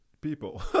people